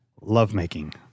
lovemaking